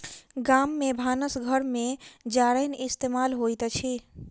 गाम में भानस घर में जारैन इस्तेमाल होइत अछि